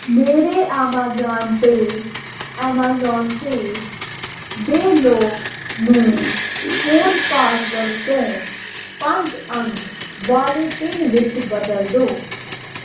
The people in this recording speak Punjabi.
ਮੇਰੇ ਐਮਾਜ਼ਾਨ ਪੇ ਐਮਾਜਾਨ ਪੇ ਦੇ ਲੌਕ ਨੂੰ ਫ਼ੋਨ ਪਾਸਵਰਡ ਤੋਂ ਪੰਜ ਅੰਕ ਵਾਲੇ ਪਿੰਨ ਵਿੱਚ ਬਦਲ ਦਿਉ